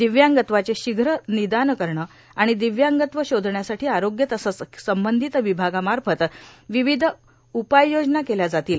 दिव्यांगत्वाचे शीघ्र निदान करणे आणि दिव्यांगत्व शोधण्यासाठी आरोग्य तसेच संबंधित विभागामार्फत विविध उपाययोजना केल्या जातील